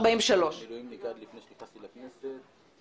15:43. (הישיבה נפסקה בשעה 15:37